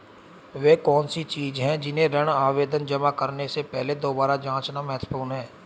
वे कौन सी चीजें हैं जिन्हें ऋण आवेदन जमा करने से पहले दोबारा जांचना महत्वपूर्ण है?